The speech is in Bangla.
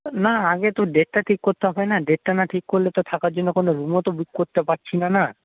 না আগে তো ডেটটা ঠিক করতে হবে না ডেটটা না ঠিক করলে তো থাকার জন্য কোনো রুমও তো বুক করতে পারছি না না